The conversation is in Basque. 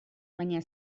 baina